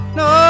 no